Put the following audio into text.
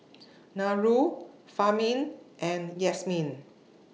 Nurul Fahmi and Yasmin